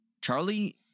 Charlie